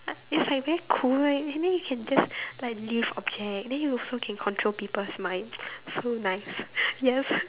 it's like very cool right and then you can just like lift object then you also can control people's mind so nice yes